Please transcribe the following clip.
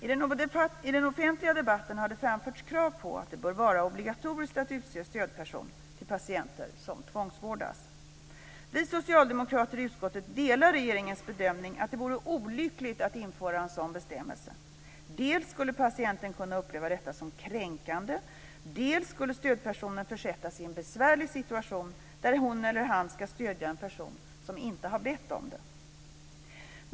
I den offentliga debatten har det framförts krav på att det bör vara obligatoriskt att utse stödperson till patienter som tvångsvårdas. Vi socialdemokrater i utskottet delar regeringens bedömning att det vore olyckligt att införa en sådan bestämmelse. Dels skulle patienten kunna uppleva detta som kränkande, dels skulle stödpersonen försättas i en besvärlig situation där hon eller han ska stödja en person som inte har bett om det.